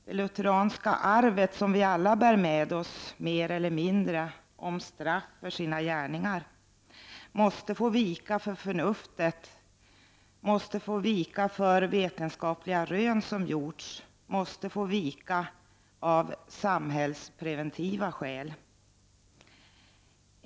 Det lutheranska arvet som vi alla bär med oss i större eller mindre omfattning och som talar om straff för missgärningar måste få vika för förnuftet och de vetenskapliga rön som gjorts, måste få vika av samhällspreventiva skäl.